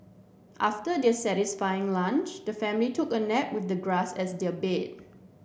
after their satisfying lunch the family took a nap with the grass as their bed